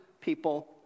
people